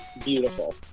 beautiful